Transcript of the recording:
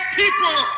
people